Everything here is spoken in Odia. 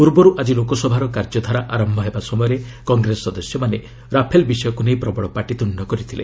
ପୂର୍ବରୁ ଆଜି ଲୋକସଭାର କାର୍ଯ୍ୟଧାରା ଆରମ୍ଭ ହେବା ସମୟରେ କଂଗ୍ରେସ ସଦସ୍ୟମାନେ ରାଫେଲ୍ ବିଷୟକୁ ନେଇ ପ୍ରବଳ ପାଟିତୁଣ୍ଡ କରିଥିଲେ